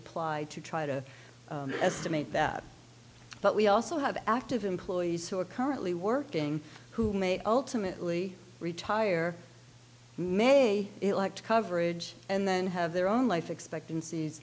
applied to try to estimate that but we also have active employees who are currently working who may ultimately retire may elect coverage and then have their own life expectancies